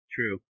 True